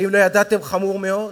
ואם לא ידעתם, חמור מאוד,